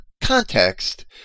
context